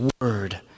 word